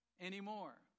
anymore